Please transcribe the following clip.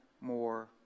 more